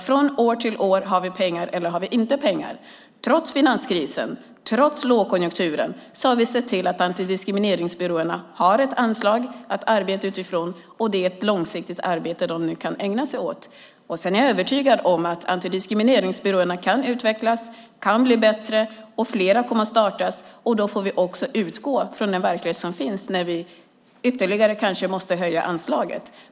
Från år till år fick de vara osäkra på om det fanns pengar eller inte. Trots finanskrisen och lågkonjunkturen har vi sett till att antidiskrimineringsbyråerna har ett anslag att arbeta utifrån, och det är ett långsiktigt arbete de nu kan ägna sig åt. Sedan är jag övertygad om att antidiskrimineringsbyråerna kan utvecklas och bli bättre och att fler kommer att startas. Då får vi utgå från den verklighet som finns och kanske ytterligare höja anslaget.